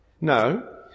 No